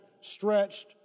stretched